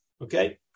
Okay